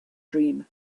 dream